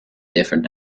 different